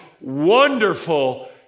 wonderful